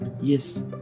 Yes